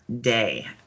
day